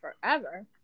forever